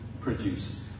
produce